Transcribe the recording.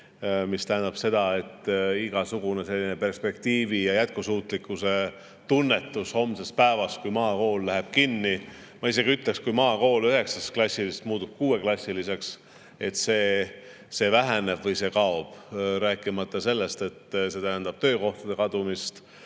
See tähendab seda, et igasugune selline perspektiivi ja jätkusuutlikkuse tunnetus homsest päevast, kui maakool läheb kinni – ma isegi ütleksin, kui maakool üheksaklassilisest muutub kuueklassiliseks –, väheneb või kaob, rääkimata sellest, et see tähendab töökohtade kadumist.